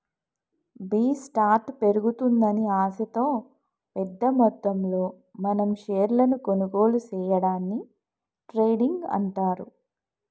B స్టార్ట్ పెరుగుతుందని ఆశతో పెద్ద మొత్తంలో మనం షేర్లను కొనుగోలు సేయడాన్ని ట్రేడింగ్ అంటారు